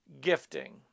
gifting